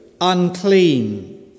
unclean